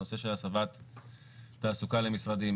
הנושא של הסבת תעסוקה למשרדים,